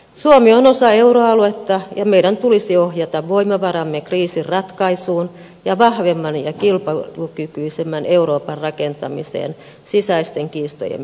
suomi on osa euroaluetta ja meidän tulisi ohjata voimavaramme kriisin ratkaisuun ja vahvemman ja kilpailukykyisemmän euroopan rakentamiseen sisäisten kiistojemme sijaan